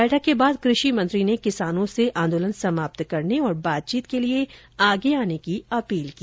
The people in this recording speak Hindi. बैठक के बाद कृषि मंत्री ने किसानों से आंदोलन समाप्त करने और बातचीत के लिए आगे आने की अपील की